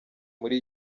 muri